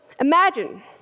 imagine